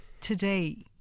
today